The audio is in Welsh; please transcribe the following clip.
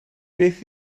beth